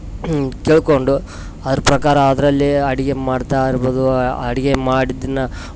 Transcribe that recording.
ಕೇಳ್ಕೊಂಡು ಅದರ ಪ್ರಕಾರ ಅದರಲ್ಲಿ ಅಡಿಗೆ ಮಾಡ್ತಾ ಅದರ ಬದ್ದು ಅಡಿಗೆ ಮಾಡಿದ್ದನ್ನ